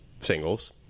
singles